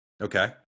Okay